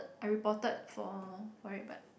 I reported for for it but